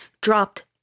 dropped